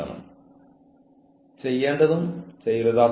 നിങ്ങൾ അവരെ പരസ്പരം തുല്യമായി പരിഗണിക്കുന്നു